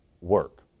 work